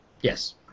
Yes